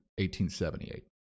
1878